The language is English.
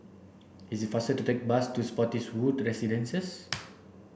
it is faster to take the bus to Spottiswoode Residences